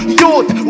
youth